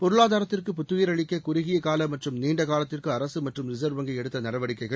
பொருளாதாரத்திற்கு புத்துயிர் அளிக்க குறுகிய கால மற்றும் நீண்ட காலத்திற்கு அரசு மற்றும் ரிசர்வ் வங்கி எடுத்த நடவடிக்கைகள்